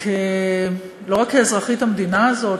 שלא רק כאזרחית המדינה הזאת,